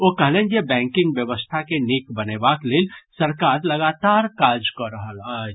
ओ कहलनि जे बैंकिंग व्यवस्था के नीक बनेबाक लेल सरकार लगातार काज कऽ रहल अछि